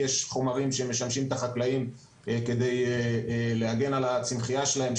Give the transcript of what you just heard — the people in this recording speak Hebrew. יש חומרים שמשמשים את החקלאים כדי להגן על הצמחייה שלהם,